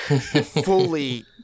fully